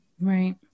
Right